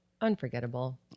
unforgettable